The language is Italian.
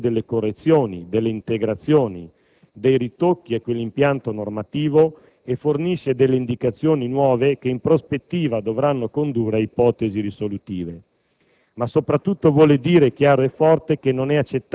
presente decreto n. 8 del 2007 introduce delle correzioni, delle integrazioni, dei ritocchi a quell'impianto normativo e fornisce delle indicazioni nuove che, in prospettiva, dovranno condurre a ipotesi risolutive;